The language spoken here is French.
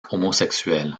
homosexuel